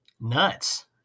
Nuts